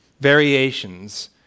variations